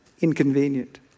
inconvenient